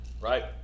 right